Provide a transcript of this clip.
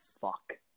fuck